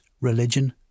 religion